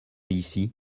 ici